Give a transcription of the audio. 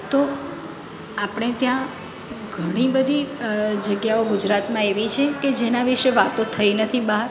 તો આપણે ત્યાં ઘણી બધી જગ્યાઓ ગુજરાતમાં એવી છે કે જેના વિશે વાતો થઈ નથી બહાર